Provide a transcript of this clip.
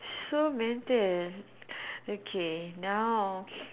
so mental okay now